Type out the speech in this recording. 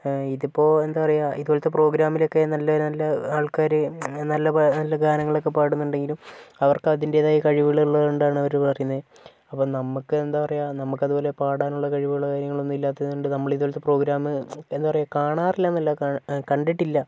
ഇതിപ്പോൾ എന്താ പറയുക ഇതുപോലത്തെ പ്രോഗ്രാമിലൊക്കെ നല്ല നല്ല ആൾക്കാർ നല്ല നല്ല ഗാനങ്ങളൊക്കെ പാടുന്നുണ്ടെങ്കിലും അവർക്കതിൻ്റേതായ കഴിവുകളുള്ളതുകൊണ്ടാണ് അവര് പറയുന്നത് അപ്പം നമ്മക്കെന്താ പറയുക നമുക്കതുപോലെ പാടാനുള്ള കഴിവുകളോ കാര്യങ്ങളൊന്നും ഇല്ലാത്തതുകൊണ്ട് നമ്മളിതു പോലത്തെ പ്രോഗ്രാമ് എന്താ പറയുക കാണാറില്ലെന്നല്ല ക കണ്ടിട്ടില്ല